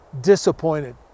disappointed